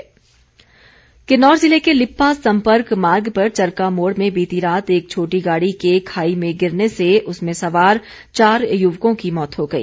दुर्घटना किन्नौर जिले के लिप्पा सम्पर्क मार्ग पर चरका मोड़ में बीती रात एक छोटी गाड़ी के खाई में गिरने से उसमें सवार चार युवकों की मौत हो गई